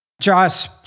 Joss